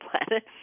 planet